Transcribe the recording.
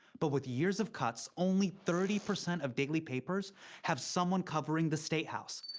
but with years of cuts, only thirty percent of daily papers have someone covering the statehouse.